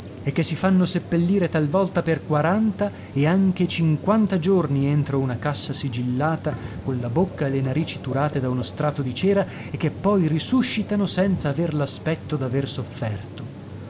e che si fanno seppellire talvolta per quaranta e anche cinquanta giorni entro una cassa sigillata colla bocca e le narici turate da uno strato di cera e che poi risuscitano senza aver l'aspetto d'aver sofferto